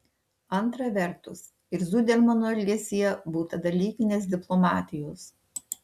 antra vertus ir zudermano elgesyje būta dalykinės diplomatijos